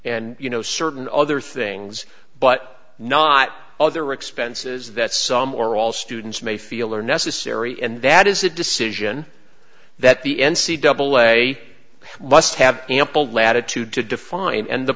and you know certain other things but not other expenses that some or all students may feel are necessary and that is a decision that the n c double way must have ample latitude to define and the